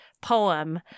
poem